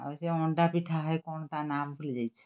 ଆଉ ସେ ଅଣ୍ଡା ପିଠା ହେଇ କ'ଣ ତା ନାଁ ମୁଁ ଭୁଲିଯାଇଛି